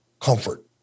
comfort